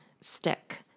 stick